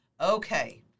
Okay